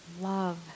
love